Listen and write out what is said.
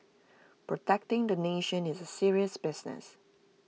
protecting the nation is serious business